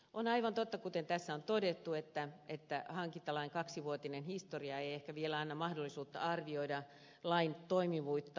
on aivan totta kuten tässä on todettu että hankintalain kaksivuotinen historia ei ehkä vielä anna mahdollisuutta arvioida lain toimivuutta